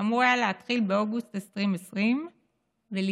אמור להתחיל באוגוסט 2020 ולהסתיים